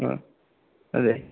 ആ അതെ